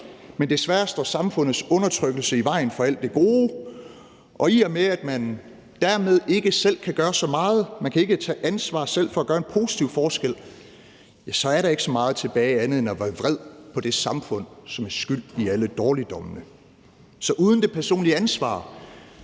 men desværre står samfundets undertrykkelse i vejen for alt det gode, og i og med at man dermed ikke selv kan gøre så meget, man kan ikke tage ansvar selv for at gøre en positiv forskel, er der ikke så meget andet tilbage end at være vred på det samfund, som er skyld i alle dårligdommene. Så uden det personlige ansvar